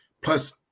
Plus